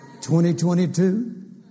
2022